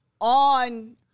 on